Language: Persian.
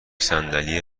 صندلی